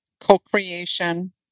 co-creation